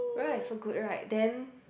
right so good right then